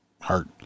hurt